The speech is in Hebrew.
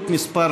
הסתייגות מס'